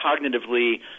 cognitively